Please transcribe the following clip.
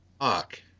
Fuck